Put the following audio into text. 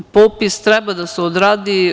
Popis treba da se odradi.